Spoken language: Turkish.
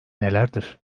nelerdir